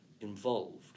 involved